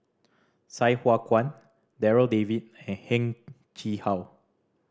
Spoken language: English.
Sai Hua Kuan Darryl David and Heng Chee How